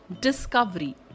Discovery